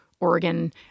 Oregon